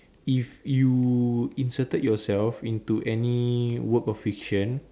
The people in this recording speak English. if you inserted yourself into any work of fiction